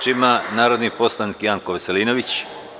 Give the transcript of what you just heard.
Reč ima narodni poslanik Janko Veselinović.